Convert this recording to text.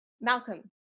Malcolm